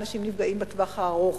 ואנשים נפגעים בטווח הארוך.